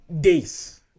days